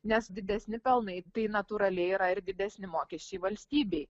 nes didesni pelnai tai natūraliai yra ir didesni mokesčiai valstybei